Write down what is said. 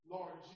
Lord